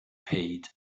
paid